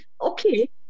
okay